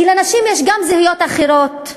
כי לנשים יש גם זהויות אחרות,